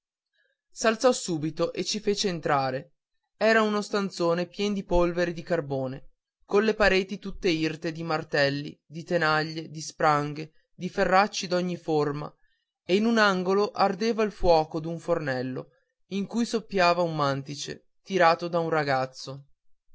s'alzò subito e ci fece entrare era uno stanzone pien di polvere di carbone colle pareti tutte irte di martelli di tanaglie di spranghe di ferracci d'ogni forma e in un angolo ardeva il fuoco d'un fornello in cui soffiava un mantice tirato da un ragazzo